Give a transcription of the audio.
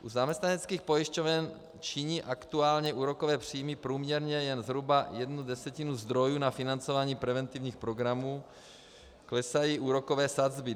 U zaměstnaneckých pojišťoven činí aktuálně úrokové příjmy průměrně jen zhruba jednu desetinu zdrojů na financování preventivních programů, klesají úrokové sazby.